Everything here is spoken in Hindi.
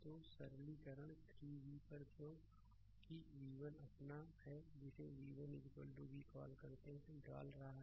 तो सरलीकरण 3 v पर क्योंकि v1 अपना है जिसे v1 v कॉल करते हैं डाल रहा है